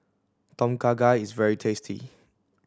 Tom Kha Gai is very tasty